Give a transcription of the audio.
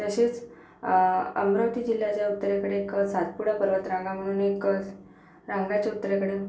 तसेच अमरावती जिल्ह्याच्या उत्तरेकडे एक सातपुडा पर्वतरांगा म्हणून एक रांगाच्या उत्तरेकडील